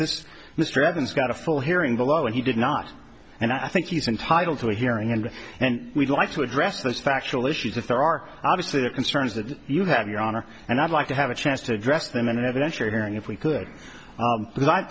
this mr evans got a full hearing below and he did not and i think he's entitled to a hearing and and we'd like to address those factual issues if there are obviously the concerns that you have your honor and i'd like to have a chance to address them in an evidentiary hearing if we could